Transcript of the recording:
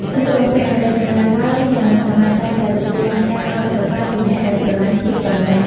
សម្លៀកបំពាក់ដែលរចនាឡើងយ៉ាងសាមញ្ញតែងតែទទួលបានការកោតសរសើរពីអ្នកដែលស្រឡាញ់ភាពប្រណីត។